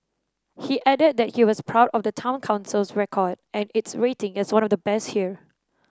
he added that he was proud of the Town Council's record and its rating as one of the best here